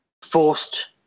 forced